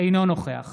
אינו נוכח